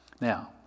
Now